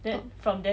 oh